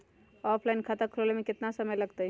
Offline खाता खुलबाबे में केतना समय लगतई?